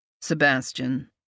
Sebastian